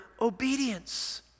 obedience